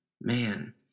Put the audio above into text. Man